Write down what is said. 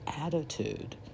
attitude